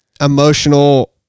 emotional